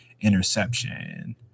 interception